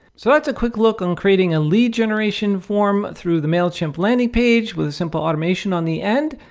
so that's a quick look on creating a lead generation form through the mailchimp landing page with a simple automation on the end.